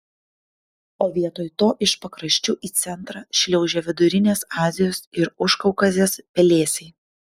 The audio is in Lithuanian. o vietoj to iš pakraščių į centrą šliaužia vidurinės azijos ir užkaukazės pelėsiai